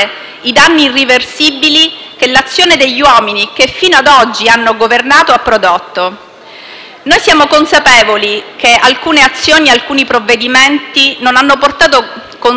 Noi siamo consapevoli che alcune azioni e alcuni provvedimenti non hanno portato consenso mediatico: come fermare le trivellazioni nel mare, come fermare